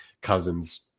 cousins